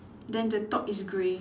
then the top is grey